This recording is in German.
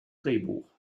drehbuch